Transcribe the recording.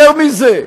יותר מזה,